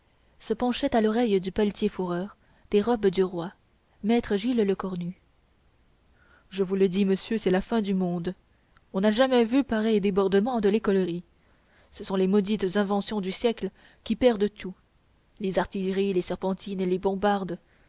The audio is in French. se penchait à l'oreille du pelletier fourreur des robes du roi maître gilles lecornu je vous le dis monsieur c'est la fin du monde on n'a jamais vu pareils débordements de l'écolerie ce sont les maudites inventions du siècle qui perdent tout les artilleries les serpentines les bombardes